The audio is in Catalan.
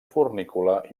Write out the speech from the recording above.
fornícula